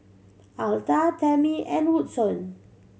Alta Tamie and Woodson